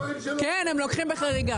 כן, הם לוקחים בחריגה.